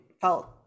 felt